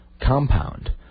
compound